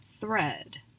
Thread